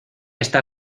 estar